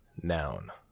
Noun